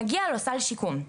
מגיע לו סל שיקום.